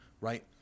Right